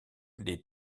des